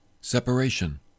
separation